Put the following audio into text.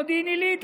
במודיעין עלית,